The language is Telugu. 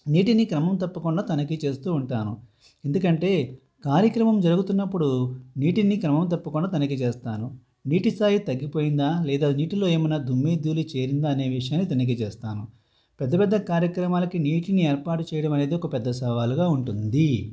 నీటిని క్రమం తప్పకుండా తనిఖీ చేస్తూ ఉంటాను ఎందుకంటే కార్యక్రమం జరుగుతున్నప్పుడు నీటిని క్రమం తప్పకుండా తనిఖీ చేస్తాను నీటి స్థాయి తగ్గిపోయిందా లేదా నీటిలో ఏమన్నా దుమ్ము ధూళి చేరిందా అనే విషయాన్నీ తనిఖీ చేస్తాను పెద్ద పెద్ద కార్యక్రమాలకి నీటిని ఏర్పాటు చేయడం అనేది ఒక పెద్ద సవాలుగా ఉంటుంది